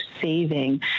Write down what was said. saving